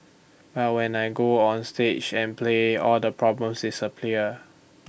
but when I go onstage and play all the problems disappear